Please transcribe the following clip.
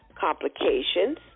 complications